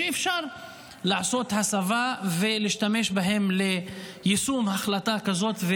שאפשר לעשות הסבה ולהשתמש בהם ליישום החלטת כזאת.